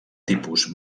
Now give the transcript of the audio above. tipus